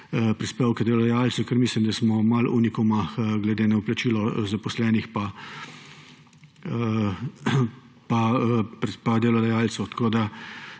prispevke delodajalcev, ker mislim, da smo unikum glede na vplačilo zaposlenih in delodajalcev. Pa